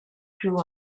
grew